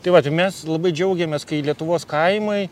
tai vat ir mes labai džiaugiamės kai lietuvos kaimai